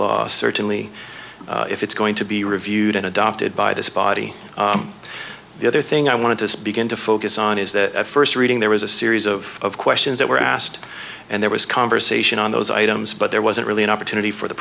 law certainly if it's going to be reviewed and adopted by this body the other thing i want to begin to focus on is that at first reading there was a series of questions that were asked and there was conversation on those items but there wasn't really an opportunity for the